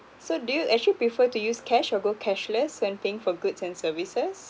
so do you actually prefer to use cash or go cashless when paying for goods and services